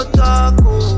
taco